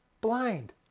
blind